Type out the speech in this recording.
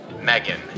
Megan